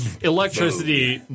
Electricity